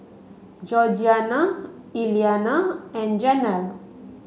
Georgianna Iliana and Janell